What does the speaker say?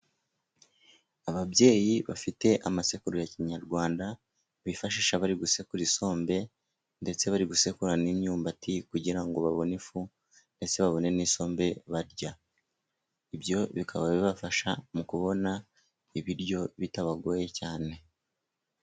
Ababyeyi bafite amasekuru ya kinyarwanda bifashisha bari gusekura isombe, ndetse bari gusekura n'imyumbati kugira ngo babone ifu, ndetse babone n'isombe barya, ibyo bikaba bibafasha mu kubona ibiryo bitabagoye cyane.